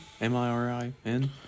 M-I-R-I-N